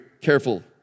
careful